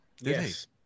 Yes